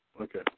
Okay